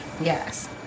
yes